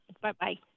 Bye-bye